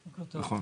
נכון.